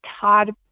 Todd